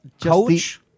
Coach